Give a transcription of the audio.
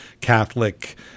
Catholic